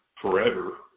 forever